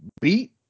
beat